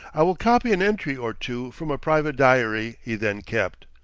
i will copy an entry or two from a private diary he then kept